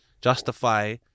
justify